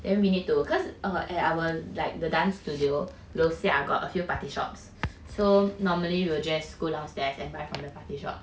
then we need to cause at our like the dance studio 楼下 got a few party shops so normally we will just go downstairs and buy from the party shop